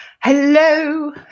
hello